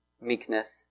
meekness